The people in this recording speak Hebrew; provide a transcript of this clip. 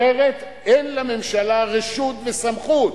אחרת אין לממשלה רשות וסמכות